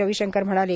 रविशंकर म्हणाले